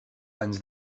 anys